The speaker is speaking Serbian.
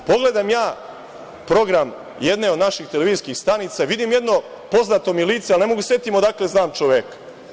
Pogledam ja program jedne od naših televizijskih stanica, vidim jedno poznato mi lice, ali ne mogu da se setim odakle znam čoveka.